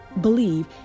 believe